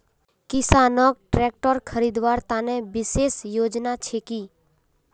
किसानोक ट्रेक्टर खरीदवार तने विशेष योजना छे कि?